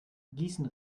gießen